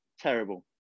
terrible